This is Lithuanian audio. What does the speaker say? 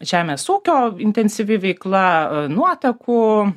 žemės ūkio intensyvi veikla nuotekų